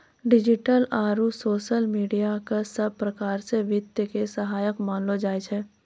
digital आरू social media क सब प्रकार स वित्त के सहायक मानलो जाय छै